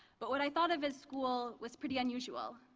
but what i thought of as school was pretty unusual.